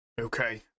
Okay